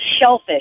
shellfish